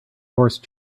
horse